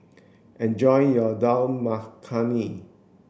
enjoy your Dal Makhani